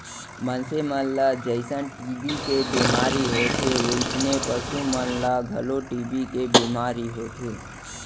मनसे मन ल जइसन टी.बी के बेमारी होथे वोइसने पसु मन ल घलौ टी.बी के बेमारी होथे